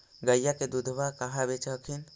गईया के दूधबा कहा बेच हखिन?